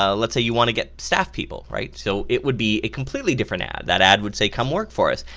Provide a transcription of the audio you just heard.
ah let's say you want to get staff people right? so it would be a completely different ad, that ad would say come work for us,